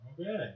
Okay